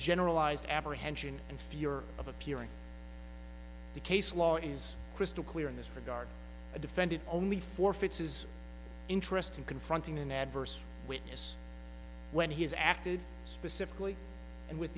generalized apprehension and fear of appearing the case law is crystal clear in this regard a defendant only forfeits his interest in confronting an adverse witness when he has acted specifically and with